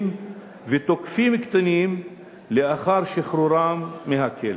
ותוקפים קטינים לאחר שחרורם מהכלא.